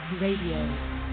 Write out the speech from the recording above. Radio